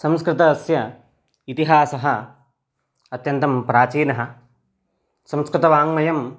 संस्कृतस्य इतिहासः अत्यन्तं प्राचीनः संस्कृतवाङ्मयं